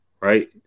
right